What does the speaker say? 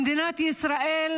מדינת ישראל,